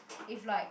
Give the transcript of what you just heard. if like